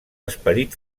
esperit